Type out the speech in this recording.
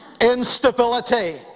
instability